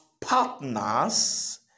partners